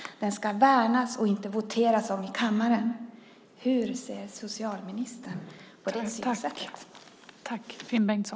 Den ska värnas och inte voteras om i kammaren. Hur ser socialministern på det synsättet?